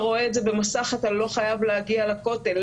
רואה את זה במסך אתה לא חייב להגיע לכותל,